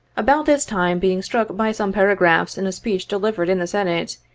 about this time, being struck by some paragraphs in a speech delivered, in the senate,